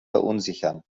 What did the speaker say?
verunsichern